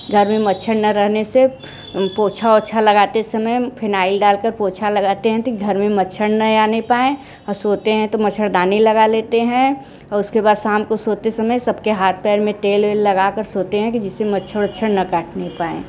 घर में मच्छर न रहने से पोछा ओछा लगते समय फिनायल डालकर पोछा लगाते हैं कि घर में मच्छर नहीं आने पाए और सोते हैं तो मच्छरदानी लगा लेते हैं उसके बाद शाम को सोते समय सबके हाथ पैर में तेल लगाकर सोते हैं कि जिससे मच्छर ओच्छर न काटने पाएं